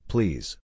Please